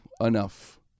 enough